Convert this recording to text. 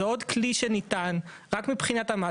זה עוד כלי שניתן, רק מבחינת המס.